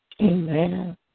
Amen